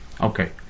okay